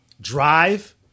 drive